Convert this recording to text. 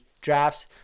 drafts